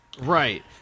Right